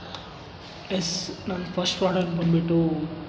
S ನನ್ನ first product ಬಂದ್ಬಿಟ್ಟೂ